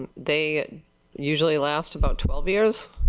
and they usually last about twelve years.